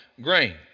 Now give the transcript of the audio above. grain